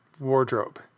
wardrobe